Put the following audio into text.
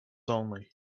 only